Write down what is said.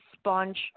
sponge